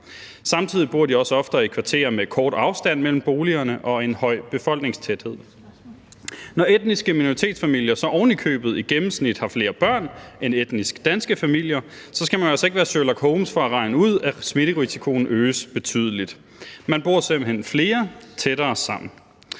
Samtidig bor de også oftere i kvarterer med kort afstand mellem boligerne og en høj befolkningstæthed. Når etniske minoritetsfamilier så ovenikøbet i gennemsnit har flere børn end etnisk danske familier, skal man altså ikke være Sherlock Holmes for at regne ud, at smitterisikoen øges betydeligt. Man bor simpelt hen flere tættere sammen.